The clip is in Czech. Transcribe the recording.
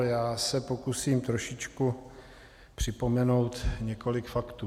Já se pokusím trošičku připomenout několik faktů.